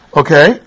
okay